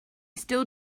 still